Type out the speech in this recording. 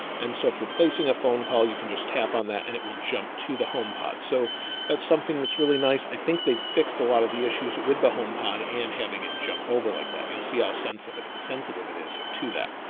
and so if you're placing a phone call, you can just tap on that and it will jump to the home pod. so that's something that's really nice. i think they fixed a lot of the issues with the home pod and having it jump over like that. you'll see our sense of it is sensitive. it is to that.